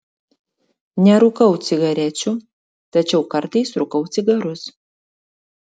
nerūkau cigarečių tačiau kartais rūkau cigarus